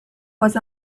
was